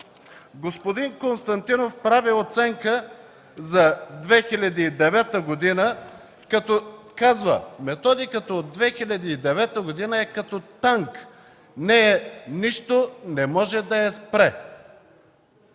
Господин Константинов прави оценка за 2009 г. като казва: „Методиката от 2009 г. е като танк. Нея нищо не може да я спре.